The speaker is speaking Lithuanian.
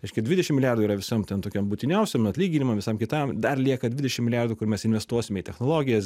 reiškia dvidešim milijardų yra visiem ten tokiem būtiniausiem atlyginimam visam kitam dar lieka dvidešim milijardų kur mes investuosime į technologijas